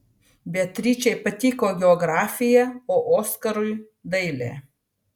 beatričei patiko geografija o oskarui dailė